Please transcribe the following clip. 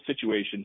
situations